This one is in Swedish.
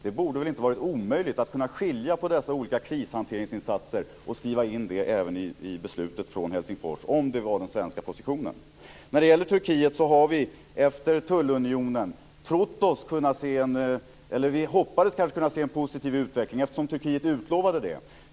Det borde väl inte ha varit omöjligt att skilja på dessa krishanteringsinsatser och skriva in dem även i beslutet från Helsingfors om det var den svenska positionen. När det gäller Turkiet hoppades vi efter tullunionen kunna se en positiv utveckling eftersom Turkiet utlovade det.